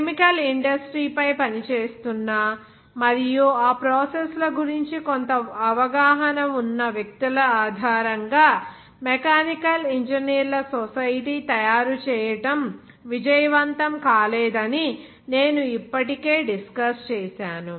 chemical industry పై పనిచేస్తున్న మరియు ఆ కెమికల్ ప్రాసెస్ ల గురించి కొంత అవగాహన ఉన్న వ్యక్తుల ఆధారంగా మెకానికల్ ఇంజనీర్ల సొసైటీ తయారు చేయడం విజయవంతం కాలేదని నేను ఇప్పటికే డిస్కస్ చేశాను